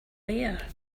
there